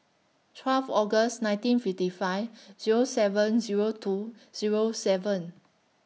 twelve August nineteen fifty five Zero seven Zero two Zero seven